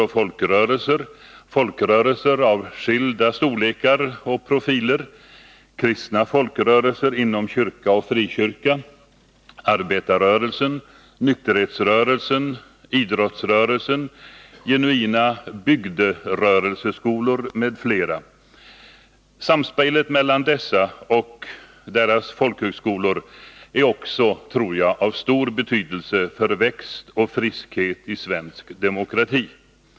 Det gäller här folkrörelser av olika storlek och profil: kristna folkrörelser inom kyrka och frikyrka, arbetarrörelsen, nykterhetsrörelsen, idrottsrörelsen, genuina bygderörelseskolor m.fl. Samspelet mellan dessa rörelser och deras folkhögskolor är också, tror jag, av stor betydelse för växt och friskhet i svensk demokrati.